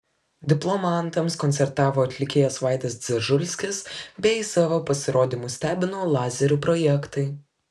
diplomantams koncertavo atlikėjas vaidas dzežulskis bei savo pasirodymu stebino lazerių projektai